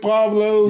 Pablo